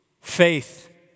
faith